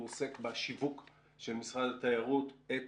הוא עוסק בשיווק של משרד התיירות את